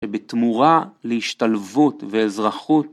שבתמורה להשתלבות ואזרחות